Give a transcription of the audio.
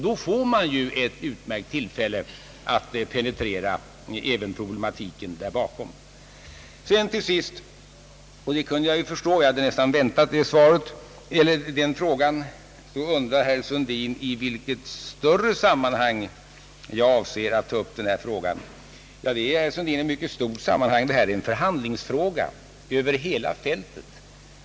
Då får man ju ett utmärkt tillfälle att penetrera även problematiken där bakom. Sedan undrar herr Sundin — jag hade nästan väntat den frågan — i vilket större sammanhang jag avser att ta upp denna sak. Ja, herr Sundin, det gäller här ett mycket stort sammanhang. Det är en fråga om förhandlingar över hela fältet.